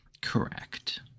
Correct